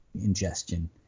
ingestion